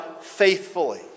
faithfully